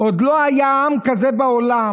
"עוד לא היה עם כזה בעולם.